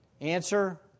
Answer